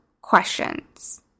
questions